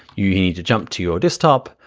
you you need to jump to your desktop,